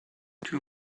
two